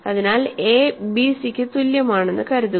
അതിനാൽ എ ബിസിക്ക് തുല്യമാണെന്ന് കരുതുക